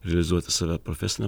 realizuoti save profesine